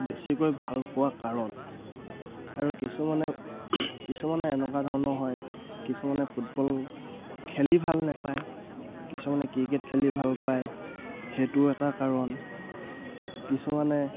বেছিকৈ ভাল পোৱা কাৰণ আৰু কিছুমানে কিছুমানে এনেকুৱা ধৰণৰ হয় কিছুমানে ফুটবল খেলি ভাল নাপায় কিছুমানে ক্ৰিকেট খেলি ভাল পায় সেইটো এটা কাৰণ কিছুমানে